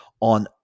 on